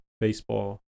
baseball